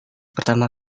pertama